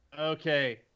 Okay